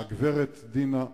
הגברת דינה דייוויס.